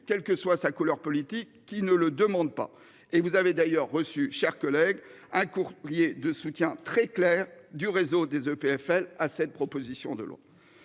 quelle que soit sa couleur politique qui ne le demande pas et vous avez d'ailleurs reçu chers collègues un courrier de soutien très clair du réseau des EPFL à cette proposition de l'eau.